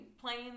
playing